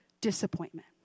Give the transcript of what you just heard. disappointment